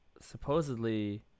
supposedly